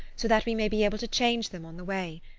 so that we may be able to change them on the way.